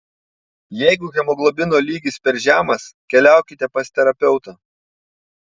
jeigu hemoglobino lygis per žemas keliaukite pas terapeutą